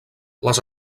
les